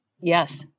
Yes